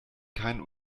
keinen